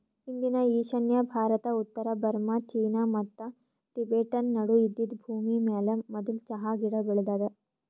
ಇಂದಿನ ಈಶಾನ್ಯ ಭಾರತ, ಉತ್ತರ ಬರ್ಮಾ, ಚೀನಾ ಮತ್ತ ಟಿಬೆಟನ್ ನಡು ಇದ್ದಿದ್ ಭೂಮಿಮ್ಯಾಲ ಮದುಲ್ ಚಹಾ ಗಿಡ ಬೆಳದಾದ